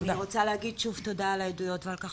רוצה להגיד שוב תודה על העדויות ועל כך